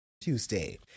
Tuesday